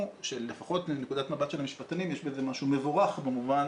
שללפחות לנקודת המבט של המשפטנים יש בזה משהו מבורך במובן